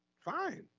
Fine